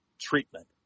treatment